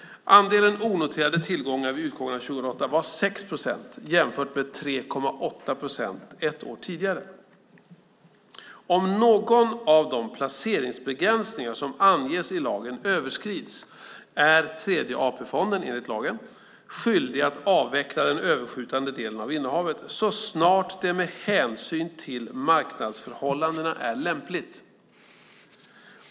Andelen onoterade tillgångar vid utgången av 2008 var 6 procent, jämfört med 3,8 procent ett år tidigare. Om någon av de placeringsbegränsningar som anges i lagen överskrids är Tredje AP-fonden, enligt lagen, skyldig att avveckla den överskjutande delen av innehavet så snart det med hänsyn till marknadsförhållandena är lämpligt.